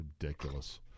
Ridiculous